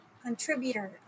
contributor